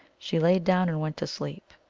she lay down, and went to sleep.